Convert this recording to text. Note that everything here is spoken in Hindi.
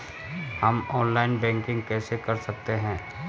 हम ऑनलाइन बैंकिंग कैसे कर सकते हैं?